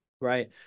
right